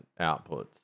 outputs